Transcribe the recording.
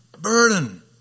Burden